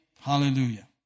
Hallelujah